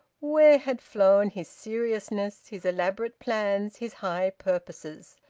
where had flown his seriousness, his elaborate plans, his high purposes?